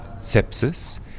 sepsis